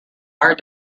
are